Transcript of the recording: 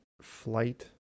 flight